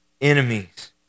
enemies